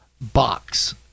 box